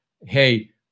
hey